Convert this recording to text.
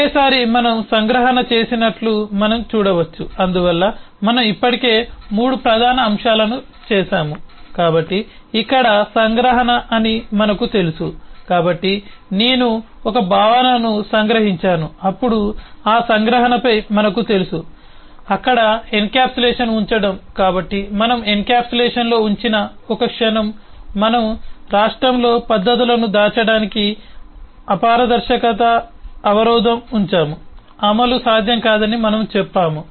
ఒకసారి మనం సంగ్రహణ చేసినట్లు మనం చూడవచ్చు అందువల్ల మనం ఇప్పటికే 3 ప్రధాన అంశాలను చేసాము కాబట్టి ఇక్కడ సంగ్రహణ అని మనకు తెలుసు కాబట్టి నేను ఒక భావనను సంగ్రహించాను అప్పుడు ఆ సంగ్రహణపై మనకు తెలుసు అక్కడ ఎన్కప్సులేషన్ ఉంచడం కాబట్టి మనం ఎన్కప్సులేషన్లో ఉంచిన క్షణం మనము రాష్ట్రంలో పద్ధతులను దాచడానికి అపారదర్శక అవరోధం ఉంచాము అమలు సాధ్యం కాదని మనము చెప్పాము